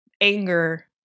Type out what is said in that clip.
anger